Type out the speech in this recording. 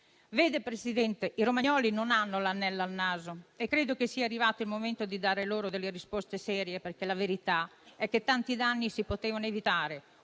Signor Presidente, i romagnoli non hanno l'anello al naso e credo che sia arrivato il momento di dare loro delle risposte serie, perché la verità è che tanti danni si potevano evitare